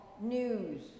news